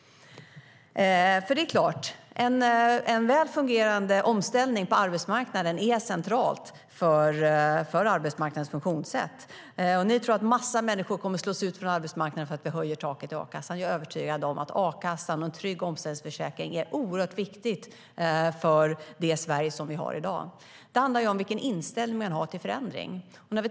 Det är klart att en väl fungerande omställning på arbetsmarknaden är central för arbetsmarknadens funktionssätt. Ni tror att massor av människor kommer att slås ut från arbetsmarknaden för att vi höjer taket i a-kassan, men jag är övertygad om att a-kassan och en trygg omställningsförsäkring är något oerhört viktigt för det Sverige vi har i dag. Det handlar om vilken inställning man har till förändring.